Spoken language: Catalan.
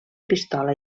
pistola